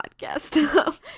podcast